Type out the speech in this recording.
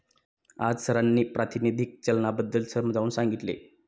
आज सरांनी प्रातिनिधिक चलनाबद्दल समजावून सांगितले